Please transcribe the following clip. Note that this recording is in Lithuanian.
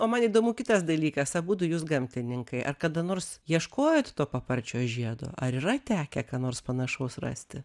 o man įdomu kitas dalykas abudu jūs gamtininkai ar kada nors ieškojot to paparčio žiedo ar yra tekę ką nors panašaus rasti